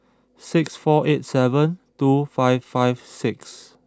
Six four eight seven two five five six